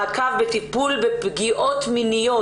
מעקב וטיפול בפגיעות מיניות.